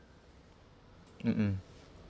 mmhmm